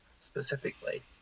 specifically